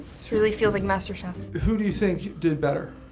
this really feels like master chef. who do you think did better?